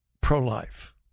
pro-life